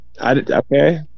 Okay